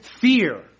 fear